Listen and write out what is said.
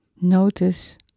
Notice